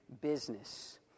business